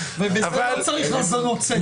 ובזה לא צריך האזנות סתר.